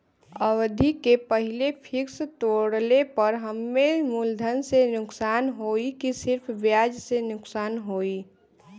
अवधि के पहिले फिक्स तोड़ले पर हम्मे मुलधन से नुकसान होयी की सिर्फ ब्याज से नुकसान होयी?